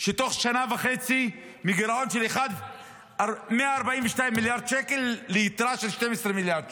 תוך שנה וחצי מגירעון של 142 מיליארד שקל ליתרה של 12 מיליארד שקל.